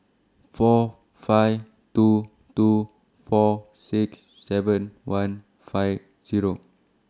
four five two two four six seven one five Zero